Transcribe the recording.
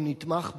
או נתמך,